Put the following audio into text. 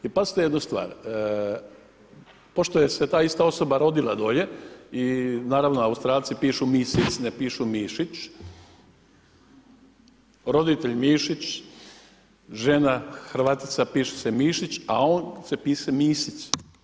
Jer pazite jednu stvar, pošto je se ta ista osoba rodila dolje i naravno Australci pišu Misic ne pišu Mišić, roditelj Mišić, žena Hrvatica piše se Mišić, a on se piše Misic.